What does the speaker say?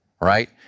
right